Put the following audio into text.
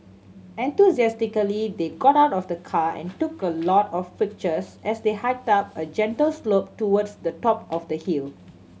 enthusiastically they got out of the car and took a lot of pictures as they hiked up a gentle slope towards the top of the hill